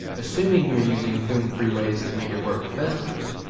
assuming you're using film freeway to submit your work to festivals.